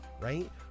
right